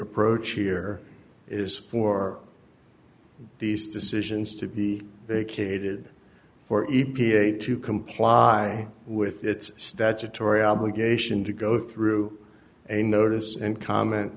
approach here is for these decisions to be vacated for e p a to comply with its statutory obligation to go through a notice and comment